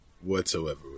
whatsoever